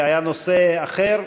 היה נושא אחר